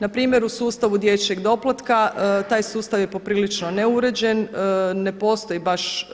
Na primjer u sustavu dječjeg doplatka taj sustav je poprilično neuređen, ne postoji baš